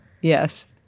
yes